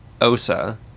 Osa